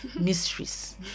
mysteries